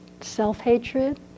self-hatred